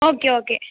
okay okay